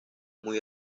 muy